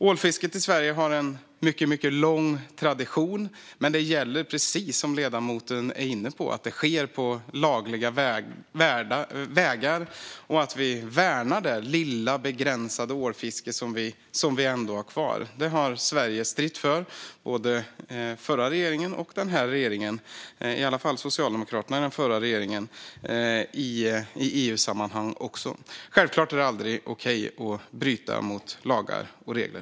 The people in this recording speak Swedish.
Ålfisket i Sverige har en mycket lång tradition, men det gäller, precis som ledamoten är inne på, att det sker på laglig väg och att vi värnar det lilla begränsade ålfiske som vi har kvar. Det har Sverige stridit för, även i EU-sammanhang, under både den förra socialdemokratiska regeringen och den här regeringen. Självklart är det aldrig okej att bryta mot lagar och regler.